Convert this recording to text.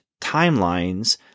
timelines